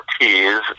teas